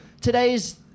today's